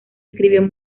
escribió